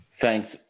Thanks